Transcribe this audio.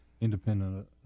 independent